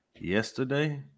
Yesterday